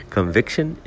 Conviction